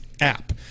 app